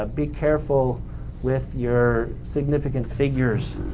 ah be careful with your significant figures.